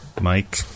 Mike